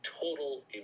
total